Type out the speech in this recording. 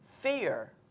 fear